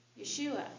Yeshua